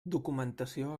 documentació